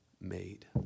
made